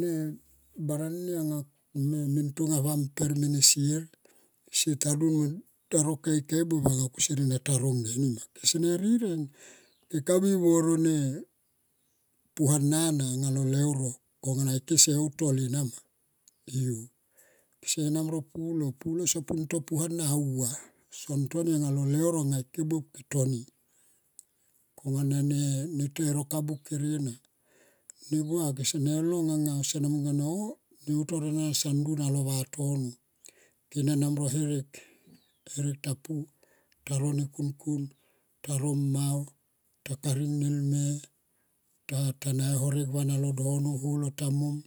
Ne barani nga me tonga va mper mene sier, sieta du mo ta ro keikei buop anga kusier ta rong ge ni. kese ne rireng ke ka mui mo ro ne puana na aunga lo leuro konga na kese utol ena ma lu. kesen namro pulo. pulo sompu ton puana au va son toni alo leuro anga ike buop toni kon ne to e roka buk kere na. Ne gua kese ne long anga oh neuto anga son du anga lo vatono. Ke na namro herek, herek ta pu ta ro ne kunkun taro ne mau ta karing elme. Ta naha horek van alo ne dono holo ta mon holo ta mon